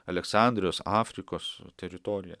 aleksandrijos afrikos teritorija